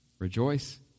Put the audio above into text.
Rejoice